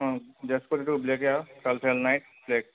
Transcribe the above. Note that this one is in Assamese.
অঁ ড্ৰেছ ক'ড এইটো ব্লেকে আৰু কালচাৰেল নাইট ব্লেক